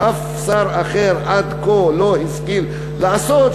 שאף שר אחר עד כה לא השכיל לעשות,